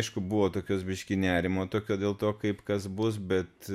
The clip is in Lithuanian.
aišku buvo tokio biškį nerimo tokio dėl to kaip kas bus bet